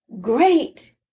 Great